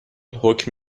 حکم